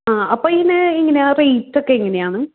ആ അപ്പോൾ ഇതിന് എങ്ങനെയാണ് ഈ റേറ്റ് ഒക്കെ എങ്ങനെയാണ്